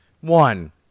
One